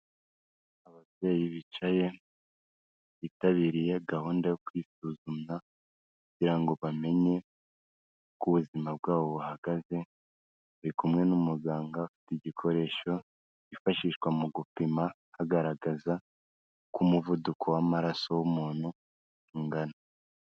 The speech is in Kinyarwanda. Ababyeyi bicaye bitabiriye gahunda yo kwisuzuma kugira ngo bamenye uko ubuzima bwabo buhagaze, bari kumwe n'umuganga ufite igikoresho kifashishwa mu gupima agaragaza uko umuvuduko w'amaraso w'umuntu ungana.